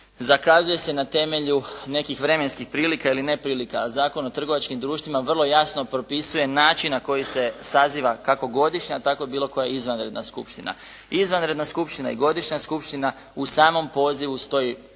zakazuje se na temelju nekih vremenskih prilika ili neprilika. A Zakon o trgovačkim društvima vrlo jasno propisuje način na koji se saziva kako godišnja tako i bilo koja izvanredna skupština. Izvanredna skupština i godišnja skupština, u samom pozivu stoji